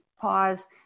Pause